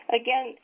Again